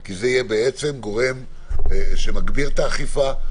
כי זה יהיה גורם שבעצם מגביר את האכיפה,